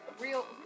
real